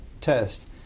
test